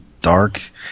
dark